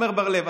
עמר בר לב.